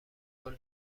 قول